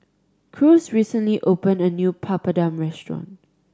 Cruz recently opened a new Papadum restaurant